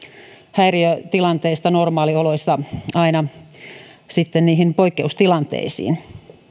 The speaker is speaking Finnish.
häiriötilanteista normaalioloista aina poikkeustilanteisiin